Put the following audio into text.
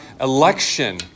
election